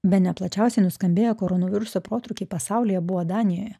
bene plačiausiai nuskambėjo koronaviruso protrūkiai pasaulyje buvo danijoje